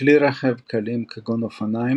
בכלי רכב קלים יותר כגון אופניים,